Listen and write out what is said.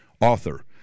author